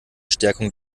stärkung